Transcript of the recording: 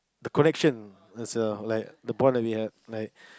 the connection there's a like the bond that we have like